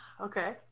Okay